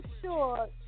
sure